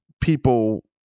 people